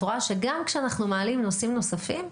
רואה שגם כשאנחנו מעלים נושאים נוספים,